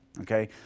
Okay